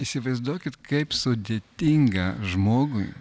įsivaizduokit kaip sudėtinga žmogui